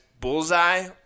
Bullseye